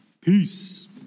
Peace